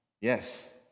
Yes